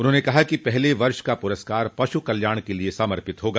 उन्होंने कहा कि पहले वर्ष का पुरस्कार पशु कल्याण के लिए समर्पित होगा